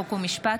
חוק ומשפט.